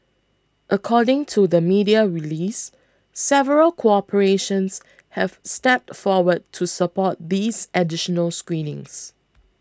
according to the media release several corporations have stepped forward to support these additional screenings